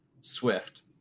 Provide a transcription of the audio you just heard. Swift